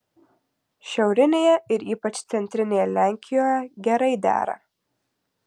šiaurinėje ir ypač centrinėje lenkijoje gerai dera